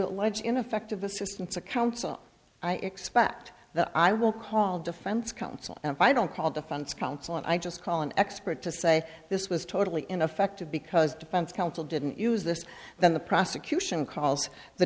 allege ineffective assistance of counsel i expect that i will call defense counsel and if i don't call defense counsel and i just call an expert to say this was totally ineffective because defense counsel didn't use this then the prosecution calls the